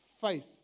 faith